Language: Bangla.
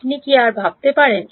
আপনি কী আর ভাবতে পারেন